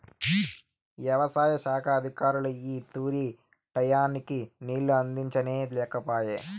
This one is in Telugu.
యవసాయ శాఖ అధికారులు ఈ తూరి టైయ్యానికి నీళ్ళు అందించనే లేకపాయె